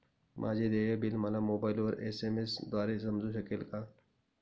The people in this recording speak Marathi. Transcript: माझे देय बिल मला मोबाइलवर एस.एम.एस द्वारे समजू शकेल का?